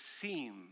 theme